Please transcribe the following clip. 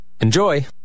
Enjoy